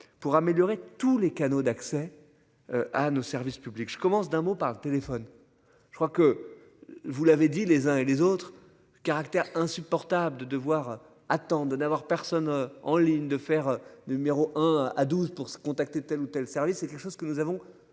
pour améliorer tous les canaux d'accès. À nos services publics je commence. D'un mot, par le téléphone. Je crois que vous l'avez dit les uns et les autres caractère insupportable de devoir attends de n'avoir personne en ligne de faire du numéro 1 à 12 pour se contacter tel ou tel service c'est quelque chose que nous avons